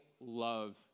love